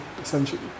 essentially